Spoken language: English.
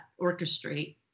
orchestrate